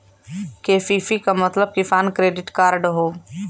KCC क मतलब किसान क्रेडिट कार्ड हौ